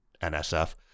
NSF